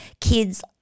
kids